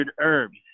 herbs